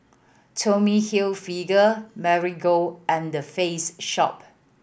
Tommy Hilfiger Marigold and The Face Shop